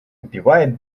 убивает